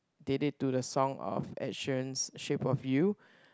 did it to the song of Ed Sheeran's shape of you